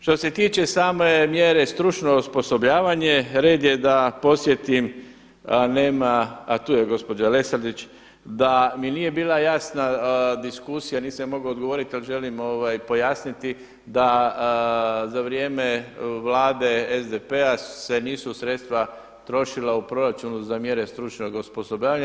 Što se tiče same mjere stručno osposobljavanje, red je da posjetim nema, a tu je gospođa Lesandrić, da mi nije bila jasna diskusija, nisam joj mogao odgovoriti ali želim pojasniti da za vrijeme Vlade SDP-a se nisu sredstva trošila u proračunu za mjere stručnog osposobljavanja.